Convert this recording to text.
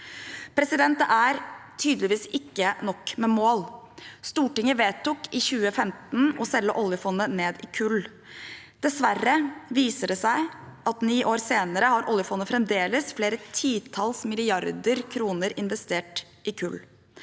i. Det er tydeligvis ikke nok med mål. Stortinget vedtok i 2015 å selge oljefondet ned i kull. Dessverre viser det seg at ni år senere har oljefondet fremdeles flere titalls milliarder kroner investert i kull.